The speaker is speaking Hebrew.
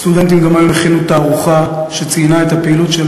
סטודנטים גם היו הולכים לתערוכה שציינה את הפעילות של